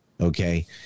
okay